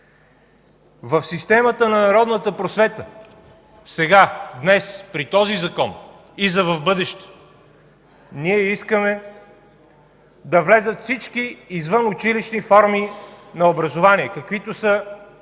в системата на народната просвета сега, днес, при този закон и за в бъдеще, ние искаме да влязат всички извънучилищни форми на образование, каквито са